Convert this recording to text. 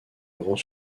grand